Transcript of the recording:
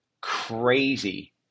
crazy